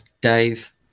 Dave